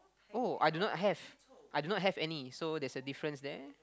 oh I do not have I do not have any so there's a difference there